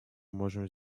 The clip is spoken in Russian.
можем